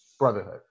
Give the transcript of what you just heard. Brotherhood